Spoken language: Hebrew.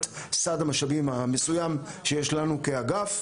סעד המשאבים המסוים שיש לנו כאגף,